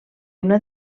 una